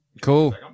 Cool